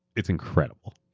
it's incredible.